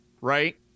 right